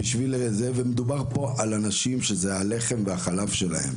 מדובר פה על אנשים שזה הלחם והחלב שלהם.